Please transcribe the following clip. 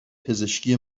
پزشکی